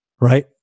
right